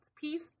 Peace